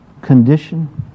condition